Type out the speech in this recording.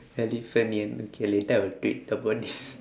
elephanion okay later I will tweet about this